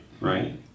right